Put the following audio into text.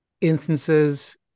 instances